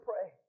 pray